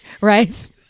right